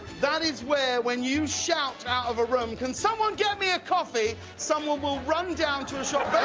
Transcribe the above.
that is where, when you shout out of a room, can someone get me a coffee? someone will run down to a shop